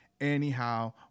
Anyhow